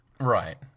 Right